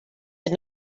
did